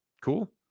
cool